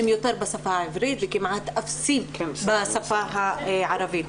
הם יותר בשפה העברית וכמעט אפסיים בשפה הערבית.